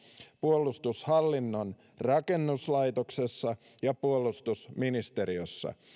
puolustushallinnon rakennuslaitoksessa ja puolustusministeriössä